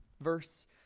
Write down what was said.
verse